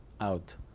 out